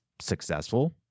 successful